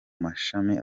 mashami